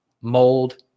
mold